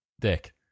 Dick